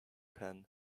pan